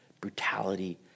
brutality